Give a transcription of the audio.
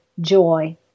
joy